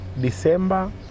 December